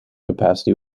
capacity